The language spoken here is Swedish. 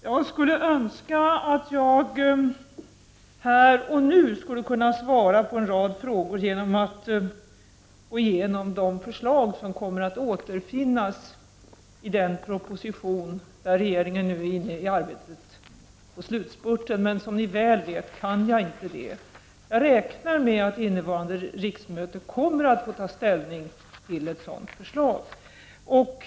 Jag skulle önska att jag här och nu kunde svara på en rad frågor genom att gå igenom de förslag som kommer att återfinnas i den proposition som regeringen nu håller på att avsluta arbetet med, men som mina meddebattörer vet kan jag inte göra det. Jag räknar med att riksdagen under innevarande riksmöte kommer att få ta ställning till ett sådant förslag.